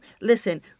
Listen